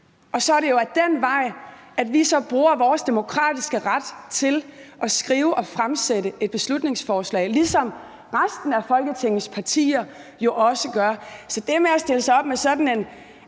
og så er det jo ad den vej, at vi bruger vores demokratiske ret til at skrive og fremsætte et beslutningsforslag, ligesom resten af Folketingets partier også gør. Så i forhold til det med at stille sig op med sådan en